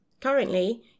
Currently